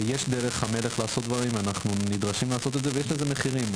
יש דרך המלך לעשות דברים ואנחנו נדרשים לעשות את זה ויש לכך מחירים.